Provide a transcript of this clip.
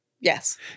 Yes